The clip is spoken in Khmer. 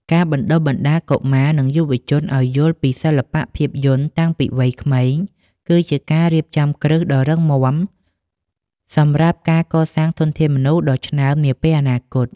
ការបណ្ដុះបណ្ដាលកុមារ និងយុវជនឱ្យយល់ពីសិល្បៈភាពយន្តតាំងពីវ័យក្មេង គឺជាការរៀបចំគ្រឹះដ៏រឹងមាំសម្រាប់ការកសាងធនធានមនុស្សដ៏ឆ្នើមនាពេលអនាគត។